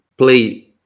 play